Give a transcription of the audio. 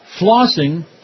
Flossing